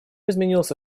изменился